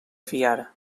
fiar